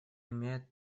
имеет